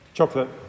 Chocolate